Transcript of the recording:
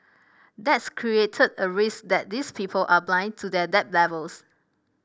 that's created a risk that these people are blind to their debt levels